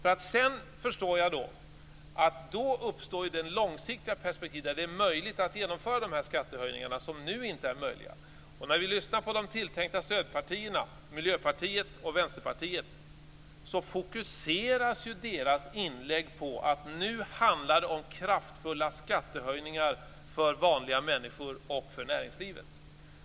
Jag förstår att då uppstår det långsiktiga perspektivet, där det är möjligt att genomföra de skattehöjningar som nu inte är möjliga. När vi lyssnar på de tilltänkta stödpartierna Miljöpartiet och Vänsterpartiet hör vi att deras inlägg fokuseras på att det nu handlar om kraftfulla skattehöjningar för vanliga människor och för näringslivet.